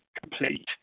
complete